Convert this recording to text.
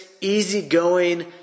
easygoing